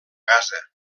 gaza